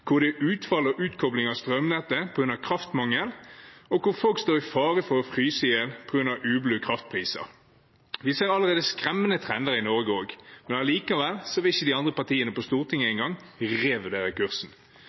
hvor det er utfall og utkobling av strømnettet på grunn av kraftmangel, og hvor folk står i fare for å fryse i hjel på grunn av ublu kraftpriser. Vi ser allerede skremmende trender også i Norge, men likevel vil ikke de andre partiene på Stortinget engang revurdere kursen.